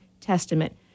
testament